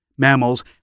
Mammals